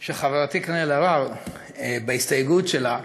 של חברתי קארין אלהרר בהסתייגות שלה,